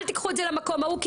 אל תיקחו את זה למקום ההוא,